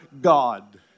God